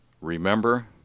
Remember